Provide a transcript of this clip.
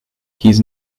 his